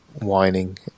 whining